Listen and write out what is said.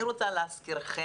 אני רוצה להזכירכם,